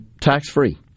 tax-free